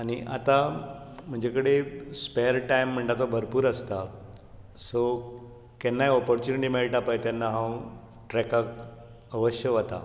आनी आता म्हजे कडेन स्पॅर टायम म्हणटा तो भरपूर आसता सो केन्नाय ऑपोर्चूनीटी मेळटा पय तेन्ना हांव ट्रेकाक अवश्य वता